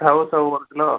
செள செள ஒரு கிலோ